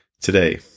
today